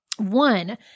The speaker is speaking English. One